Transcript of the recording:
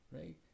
right